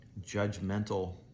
judgmental